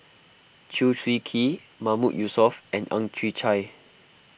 Chew Swee Kee Mahmood Yusof and Ang Chwee Chai